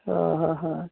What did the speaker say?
हां हां हां